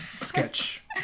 sketch